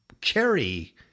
carry